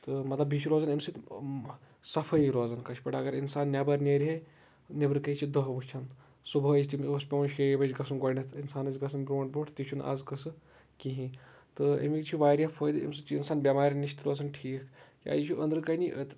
تہٕ مطلب بیٚیہِ چھُ روزان اَمہِ سۭتۍ صفٲیی روزان کٲشِر پٲٹھۍ اَگر اِنسان نٮ۪بر نیرِ ہیٚے نیبرٕ کٔنۍ چھِ دہ وُچھن صبحٲے ٲسۍ تِم مےٚ اوس پیٚوان شیٚیے بَجہِ گژھُن گۄڈٕنیٚتھ اِنسانَس گژھُن برونٛٹھ برونٛٹھ تہِ چھُ نہٕ آز قسہٕ کِہینۍ تہٕ اَمِکۍ چھِ واریاہ فٲیدٕ اَمہِ سۭتۍ چھِ اِنسان بیٚمارٮ۪ن نِش تہِ روزان ٹھیٖک یہِ چھُ أنٛدرٕ کَنی